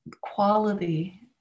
quality